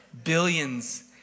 Billions